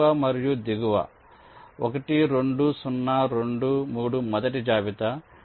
ఎగువ మరియు దిగువ 1 2 0 2 3 మొదటి జాబితా